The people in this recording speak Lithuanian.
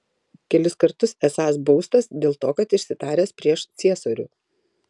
kelis kartus esąs baustas dėl to kad išsitaręs prieš ciesorių